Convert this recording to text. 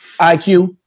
IQ